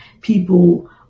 people